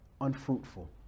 unfruitful